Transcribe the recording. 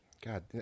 god